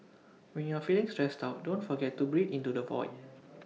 when you are feeling stressed out don't forget to breathe into the void